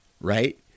right